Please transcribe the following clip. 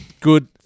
Good